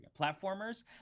platformers